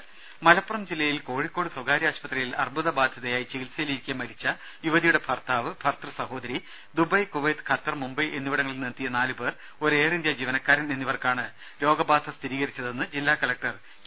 ദേദ മലപ്പുറം ജില്ലയിൽ കോഴിക്കോട് സ്വകാര്യ ആശുപത്രിയിൽ അർബുദബാധിതയായി ചികിത്സയിലിരിക്കെ മരിച്ച യുവതിയുടെ ഭർത്താവ് ഭർതൃ സഹോദരി ദുബൈ കുവൈത്ത് ഖത്തർ മുംബൈ എന്നിവിടങ്ങളിൽ നിന്നെത്തിയ നാലുപേർ ഒരു എയർ ഇന്ത്യ ജീവനക്കാരൻ എന്നിവർക്കാണ് രോഗബാധ സ്ഥിരീകരിച്ചതെന്ന് ജില്ലാ കലക്ടർ കെ